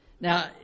Now